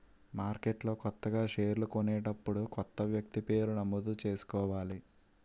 మార్కెట్లో కొత్తగా షేర్లు కొనేటప్పుడు కొత్త వ్యక్తి పేరు నమోదు చేసుకోవాలి